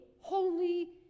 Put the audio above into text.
holy